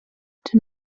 den